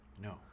No